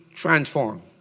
Transform